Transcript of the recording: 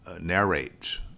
narrate